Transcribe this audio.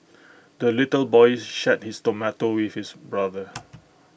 the little boy shared his tomato with his brother